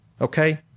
okay